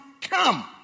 come